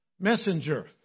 messenger